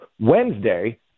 Wednesday